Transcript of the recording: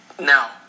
now